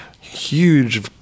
huge